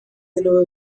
اینو